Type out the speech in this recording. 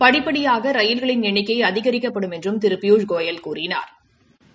படிப்படியாக ரயில்களின் எண்ணிக்கை அதிகரிக்கப்படும் என்றும் திரு பியூஷ் கோயல் கூறினா்